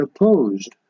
opposed